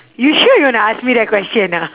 you sure you want to ask me that question ah